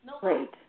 Great